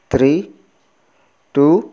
three two